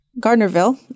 Gardnerville